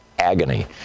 agony